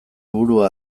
burua